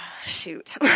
shoot